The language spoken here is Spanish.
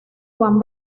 juan